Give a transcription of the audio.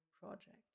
project